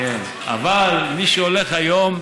אבל מי שהולך היום